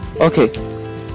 Okay